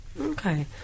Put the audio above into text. Okay